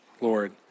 Lord